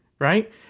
Right